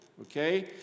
okay